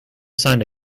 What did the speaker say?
signed